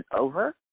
over